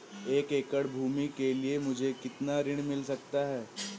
एक एकड़ भूमि के लिए मुझे कितना ऋण मिल सकता है?